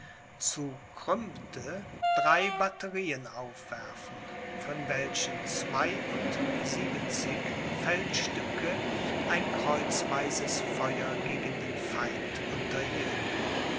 zu krümmte drei batterieen aufwerfen von welchen zwei und siebenzig feldstücke ein kreuzweises feuer gegen den feind unterhielten